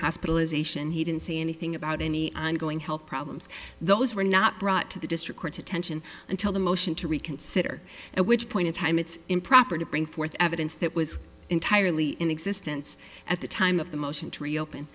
hospitalization he didn't say anything about any ongoing health problems those were not brought to the district court's attention until the motion to reconsider at which point in time it's improper to bring forth evidence that was entirely in existence at the time of the motion t